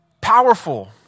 powerful